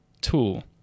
tool